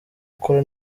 gukora